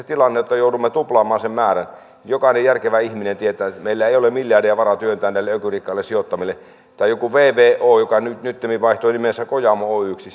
tilanne että joudumme tuplaamaan sen määrän jokainen järkevä ihminen tietää että meillä ei ole miljardeja varaa työntää näille ökyrikkaille sijoittajille tai joku vvo joka nyttemmin vaihtoi nimensä kojamo oyjksi